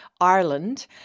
Ireland